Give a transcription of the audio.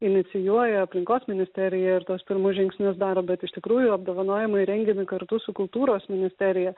inicijuoja aplinkos ministerija ir tuos pirmus žingsnius daro bet iš tikrųjų apdovanojimai rengiami kartu su kultūros ministerija